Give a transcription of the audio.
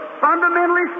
fundamentally